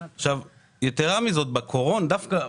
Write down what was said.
יתרה מזאת, דווקא בקורונה,